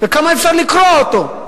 וכמה אפשר לקרוע אותו?